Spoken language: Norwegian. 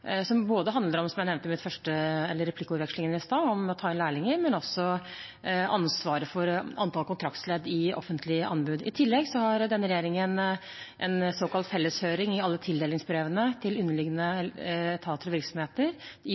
som jeg nevnte i replikkvekslingen her i sted – og om ansvaret for antall kontraktsledd i offentlige anbud. I tillegg har denne regjeringen en såkalt fellesføring i alle tildelingsbrevene til underliggende etater og virksomheter